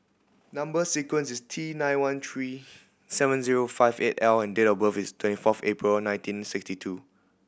number sequence is T nine one three seven zero five eight L and date of birth is twenty four April nineteen sixty two